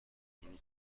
شروع